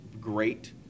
great